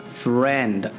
friend